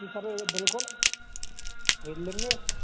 जी sir बिल्कुल खरीद लेंगे